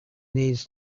needs